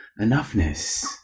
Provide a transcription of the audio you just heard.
enoughness